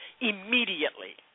immediately